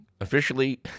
officially